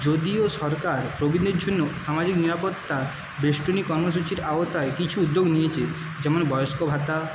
যদিও সরকার প্রবীণদের জন্য সামাজিক নিরাপত্তা বেষ্টনী কর্মসূচির আওতায় কিছু উদ্যোগ নিয়েছে যেমন বয়স্ক ভাতা